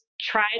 try